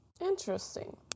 Interesting